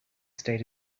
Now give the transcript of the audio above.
state